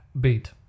beat